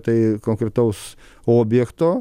tai konkretaus objekto